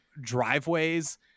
driveways